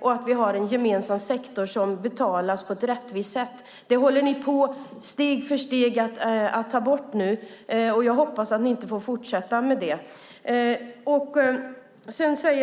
Det finns en gemensam sektor som betalas på ett rättvist sätt. Ni håller steg för steg på att ta bort detta. Jag hoppas att ni inte får fortsätta med det.